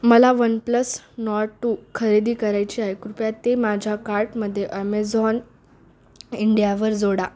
मला one plus Nord two खरेदी करायची आहे कृपया ते माझ्या कार्ट मध्ये ॲमेझॉन इंडिया वर जोडा